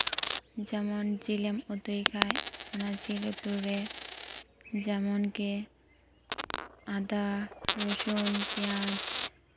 ᱡᱮᱢᱚᱱ ᱡᱤᱞ ᱮᱢ ᱩᱛᱩᱭ ᱠᱷᱟᱱ ᱚᱱᱟ ᱡᱤᱞ ᱩᱛᱩ ᱨᱮ ᱡᱮᱢᱚᱱ ᱜᱮ ᱟᱫᱟ ᱨᱚᱥᱩᱱ ᱯᱮᱸᱭᱟᱡ